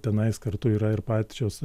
tenais kartu yra ir pačios